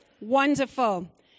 Wonderful